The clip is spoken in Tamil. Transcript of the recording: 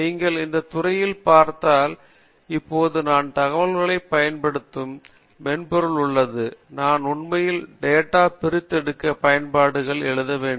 நீங்கள் அந்த துறையில் பார்த்தால் இப்போது நான் தகவல்களை செயல்படுத்த மென்பொருள் உள்ளது நான் உண்மையில் டேட்டா பிரித்தெடுக்க பயன்பாடுகள் எழுத வேண்டும்